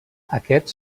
aquest